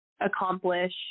accomplish